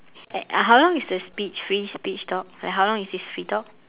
how long is the speech free speech talk like how long is this free talk